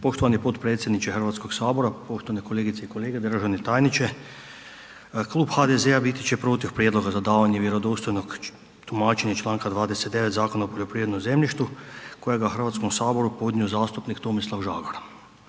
Poštovani potpredsjedniče Hrvatskog sabora, poštovane kolegice i kolege, državni tajniče. Klub HDZ-a biti će protiv prijedloga za davanje vjerodostojnog tumačenja iz čl. 29 Zakona o poljoprivrednom zemljištu kojega je Hrvatskom saboru podnio zastupnik Tomislav Žagar.